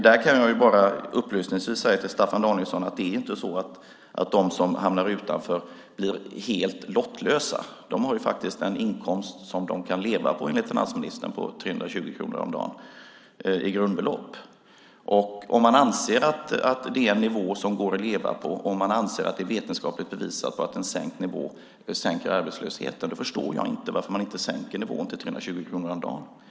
Där kan jag bara upplysningsvis säga till Staffan Danielsson att det inte är så att de som hamnar utanför blir helt lottlösa. De har faktiskt en inkomst som de kan leva på, enligt finansministern, på 320 kronor om dagen i grundbelopp. Om man anser att det är en nivå som det går att leva på och anser att det är vetenskapligt bevisat att en sänkt nivå minskar arbetslösheten förstår jag inte varför man inte sänker nivån till 320 kronor om dagen.